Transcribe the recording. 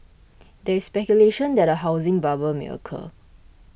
there is speculation that a housing bubble may occur